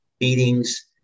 meetings